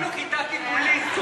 זה כאילו כיתה טיפולית.